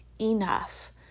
enough